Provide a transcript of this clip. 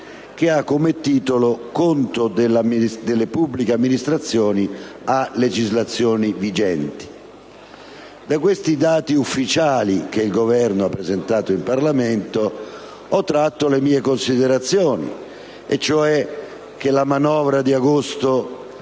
che ha come titolo: «Conto della pubblica amministrazione a legislazione vigente». Da questi dati ufficiali, che il Governo ha presentato in Parlamento, ho tratto le mie considerazioni, cioè che la manovra di agosto